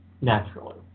naturally